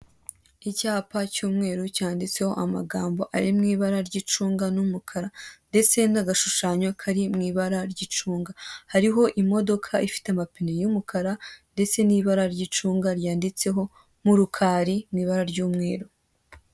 Icyapa cy'umweru cyanditse amagambo ari mu ibara ry'icunga n'umukara, ndetse n'agashushanyo kari mu ibara ry'icunga, hariho imodoka ifite amapine y'umukara ndetse n'ibara ry'icunga ryanditse ho Murukari mu ibara ry'umweru.